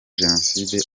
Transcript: jenoside